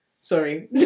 Sorry